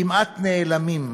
כמעט נעלמים,